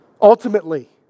Ultimately